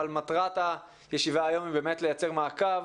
מטרת הישיבה היום היא לייצר מעקב